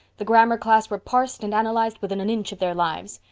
the grammar class were parsed and analyzed within an inch of their lives.